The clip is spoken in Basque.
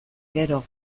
gero